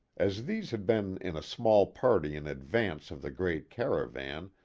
as these had been in a small party in advance of the great caravan,